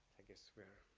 i guess we're,